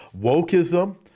wokeism